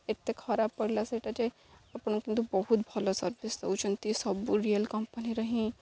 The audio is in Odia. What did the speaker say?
ଏତେ ଖରାପ ପଡ଼ିଲା ସେଇଟା ଯେ ଆପଣ କିନ୍ତୁ ବହୁତ ଭଲ ସର୍ଭିସ୍ ଦେଉଛନ୍ତି ସବୁ ରିଏଲ୍ କମ୍ପାନୀର ହିଁ